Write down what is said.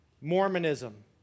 Mormonism